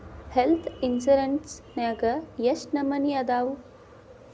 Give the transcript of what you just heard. Health insurance ನ್ಯಾಗ್ ಯೆಷ್ಟ್ ನಮನಿ ಅದಾವು?